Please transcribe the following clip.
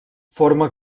forma